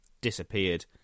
disappeared